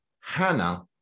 Hannah